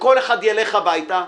שכל אחד ילך הביתה,